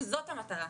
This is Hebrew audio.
וזאת המטרה,